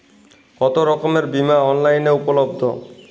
কতোরকমের বিমা অনলাইনে উপলব্ধ?